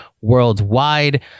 worldwide